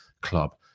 club